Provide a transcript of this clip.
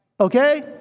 Okay